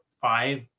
five